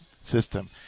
system